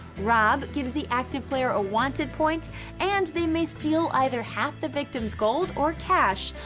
rob gives the active player a wanted point and they may steal either half the victim's gold or cash,